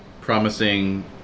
promising